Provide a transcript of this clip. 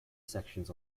sections